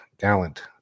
Gallant